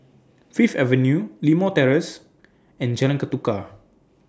Fifth Avenue Limau Terrace and Jalan Ketuka